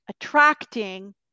attracting